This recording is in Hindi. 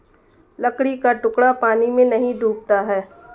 लकड़ी का टुकड़ा पानी में नहीं डूबता है